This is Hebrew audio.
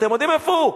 אתם יודעים איפה הוא?